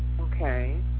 Okay